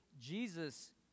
Jesus